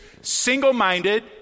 single-minded